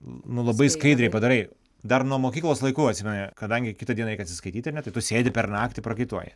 nu labai skaidriai padarai dar nuo mokyklos laikų atsimenu kadangi kitą dieną reikia atsiskaityti ar ne tai tu sėdi per naktį prakaituoji